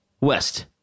West